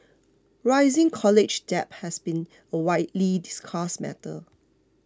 rising college debt has been a widely discussed matter